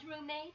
roommate